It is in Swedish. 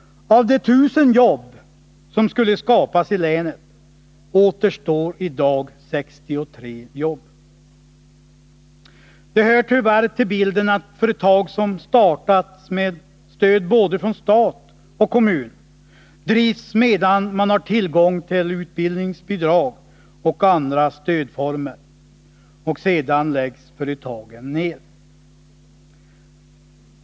Av de 1 000 jobb som skulle skapas i länet återstår i dag 63 jobb. Det hör tyvärr till bilden att företag som startats med stöd från både stat och kommun drivs medan man har tillgång till utbildningsbidrag och andra stödformer. Sedan läggs företagen ner.